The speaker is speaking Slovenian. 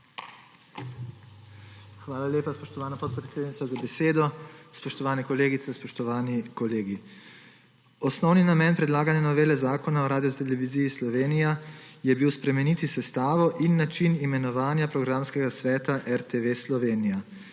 Hvala lepa, spoštovana podpredsednica za besedo. Spoštovane kolegice, spoštovani kolegi! Osnovni namen predlagane novele Zakona o Radioteleviziji Slovenija je bil spremeniti sestavo in način imenovanja programskega sveta RTV Slovenija